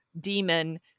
demon